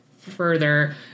Further